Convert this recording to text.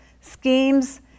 schemes